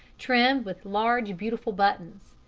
trimmed with large beautiful buttons.